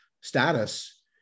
status